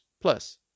Plus